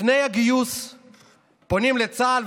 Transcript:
לפני הגיוס פונים לצה"ל,